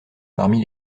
parmi